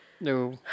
No